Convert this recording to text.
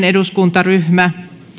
eduskuntaryhmä